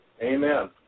Amen